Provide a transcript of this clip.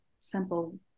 simple